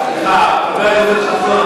חבר הכנסת חסון,